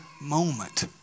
moment